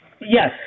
yes